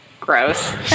gross